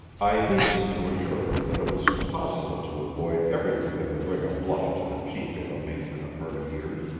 i hastened to assure her that it was possible to avoid everything that would bring a blush to the cheek of a matron of her years.